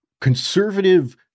conservative